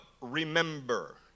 remember